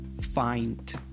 find